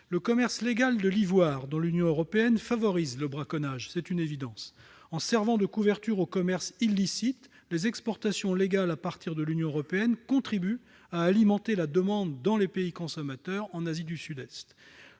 Le commerce légal de l'ivoire dans l'Union européenne favorise le braconnage. C'est une évidence. En servant de couverture au commerce illicite, les exportations légales à partir de l'Union européenne contribuent à alimenter la demande dans les pays consommateurs d'Asie du Sud-Est.